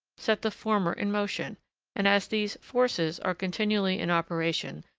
set the former in motion and as these forces are continually in operation,